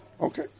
okay